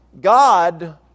God